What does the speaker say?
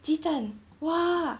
鸡蛋 !wah!